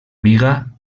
biga